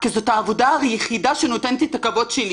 כי זאת העבודה היחידה שנותנת לי כבוד.